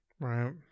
Right